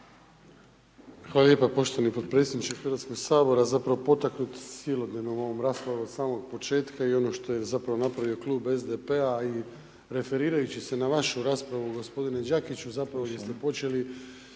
Hvala lijepa poštovani potpredsjedniče Hrvatskoga sabora. Zapravo, potaknut silnom ovom raspravom od samog početka i ono što je zapravo napravio Klub SDP-a i referirajući se na vašu raspravu gospodine Đakiću zapravo jer ste počeli